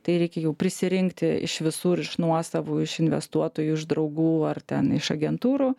tai reikia jau prisirinkti iš visų ir iš nuosavų iš investuotojų iš draugų ar ten iš agentūrų